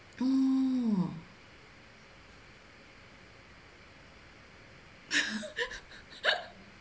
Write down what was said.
oo